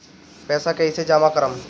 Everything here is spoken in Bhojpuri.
पैसा कईसे जामा करम?